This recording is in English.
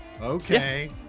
okay